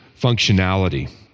functionality